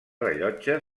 rellotge